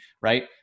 right